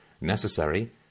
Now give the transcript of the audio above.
necessary